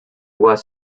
was